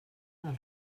del